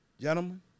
Gentlemen